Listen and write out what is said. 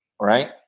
right